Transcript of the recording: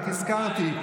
רק הזכרתי,